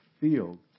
field